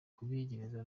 kubiyegereza